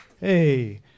Hey